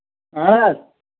اَہن حظ